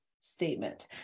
statement